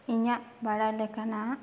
ᱤᱧᱟᱹᱜ ᱵᱟᱲᱟᱭ ᱞᱮᱠᱟᱱᱟᱜ